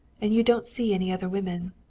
and you don't see any other women.